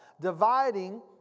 dividing